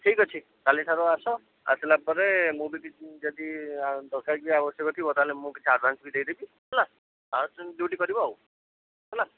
ଠିକ୍ ଅଛି କାଲିଠାରୁ ଆସ ଆସିଲା ପରେ ମୁଁ ବି କିଛି ଯଦି ଦରକାର କି ଆବଶ୍ୟକ ଥିବ ତା'ହେଲେ ମୁଁ କିଛି ଆଡ଼ଭାନ୍ସ ବି ଦେଇ ଦେବି ହେଲା ତା'ପରେ ତୁମେ ଡ୍ୟୁଟି କରିବ ଆଉ ହେଲା